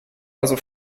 also